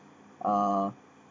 uh